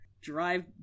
drive